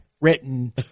written